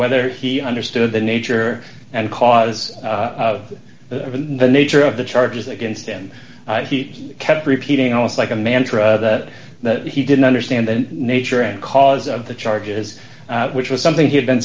whether he understood the nature and cause of the nature of the charges against him and he kept repeating almost like a mantra that he didn't understand the nature and cause of the charges which was something he had been